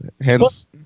Hence